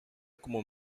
como